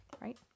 right